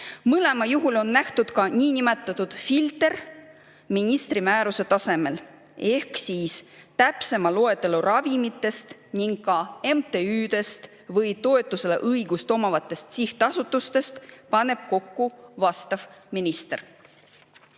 Mõlemal juhul on ette nähtud ka niinimetatud filter ministri määruse tasemel. Ehk täpsema loetelu ravimitest ning ka MTÜ-dest või toetusele õigust omavatest sihtasutustest paneb kokku vastav minister.